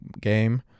game